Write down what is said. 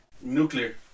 Nuclear